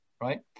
right